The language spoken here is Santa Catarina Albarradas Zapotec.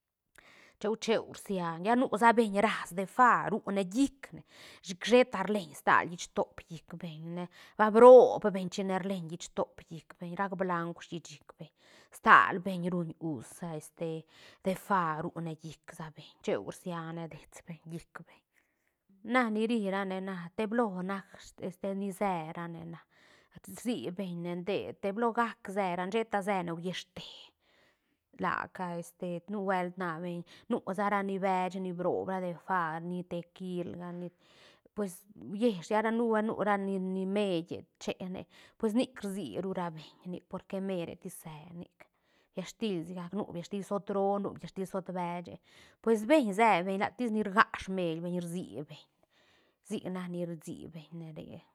Cheu cheu rsiane lla nu sa beñ raäs defá ru ne llicne chic sheta rleñ stal hïstop llic beñ ne ba rbroo beñ chine rleñ hístop llic beñ rac blauk shishik beñ stal beñ ruñ us este defá rune llic sa beñ cheu rsiane dets beñ llic beñ na ni ri ra ne na deblo nac este ni se ra ne na rsi beñne de beblo gac serane sheta sene huiste la ca este nu buelt na beñ nu sa ra ni bech ni broob ra defá ni te kilga ni pues huiesh lla ra nuhua- nura- ni- ni medtie chene pues nic rsi ru ra beñ nic porque meretis se nic biash til sigac nu biash til zoot roo nu biash til zoot beche pues beñ se beñ latis rgac smiel beñ rsi beñ sic nac ni rsi beñ ne re.